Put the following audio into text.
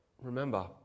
Remember